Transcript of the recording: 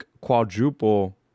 quadruple